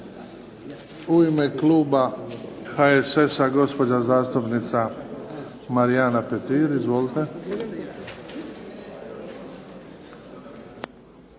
U ime kluba HSS-a gospođa zastupnica Marijana Petir. Izvolite.